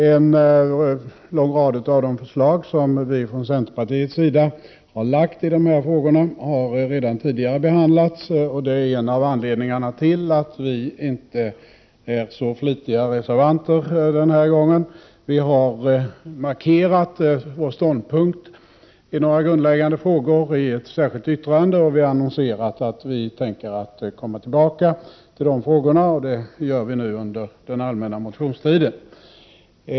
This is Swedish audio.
En lång rad av de förslag som centerpartiet har lagt fram i dessa frågor har redan tidigare behandlats, och det är en av anledningarna till att vi inte är så flitiga reservanter denna gång. Vi har markerat vår ståndpunkt i några grundläggande frågor i ett särskilt yttrande. Vi har annonserat att vi tänker komma tillbaka till de frågorna, och det gör vi under den allmänna motionstiden.